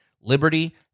liberty